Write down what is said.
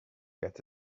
get